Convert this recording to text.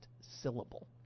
syllable